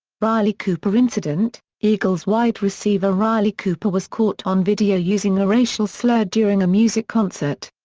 riley cooper incident eagles wide receiver riley cooper was caught on video using a racial slur during a music concert.